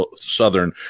Southern